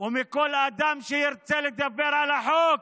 ומכל אדם שירצה לדבר על החוק,